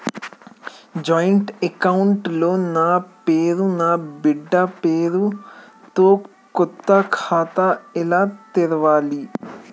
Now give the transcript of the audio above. Joint account లో నా పేరు నా బిడ్డే పేరు తో కొత్త ఖాతా ఎలా తెరవాలి?